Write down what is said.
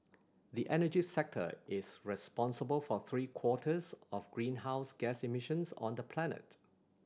the energy sector is responsible for three quarters of greenhouse gas emissions on the planet